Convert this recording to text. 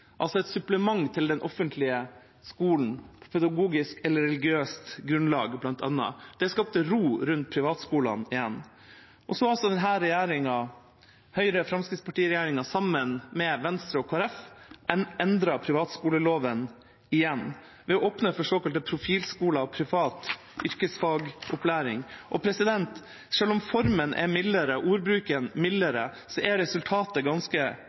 altså et supplement til den offentlige skolen på pedagogisk eller religiøst grunnlag, bl.a. Det skapte ro rundt privatskolene igjen. Så har denne regjeringa – Høyre/Fremskrittsparti-regjeringa sammen med Venstre og Kristelig Folkeparti – endret privatskoleloven igjen ved å åpne for såkalte profilskoler og privat yrkesfagopplæring. Selv om formen er mildere og ordbruken mildere, er resultatet ganske